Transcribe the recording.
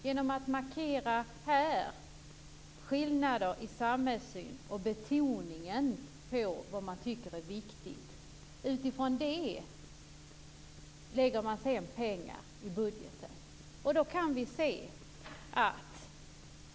Utifrån att vi här markerar skillnader i samhällssyn och betonar vad vi tycker är viktigt fördelar vi pengar i budgeten.